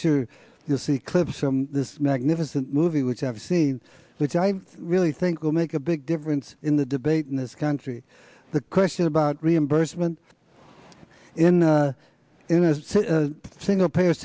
sure you'll see clips from this magnificent movie which i've seen which i really think will make a big difference in the debate in this country the question about reimbursement in in a single pa